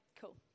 cool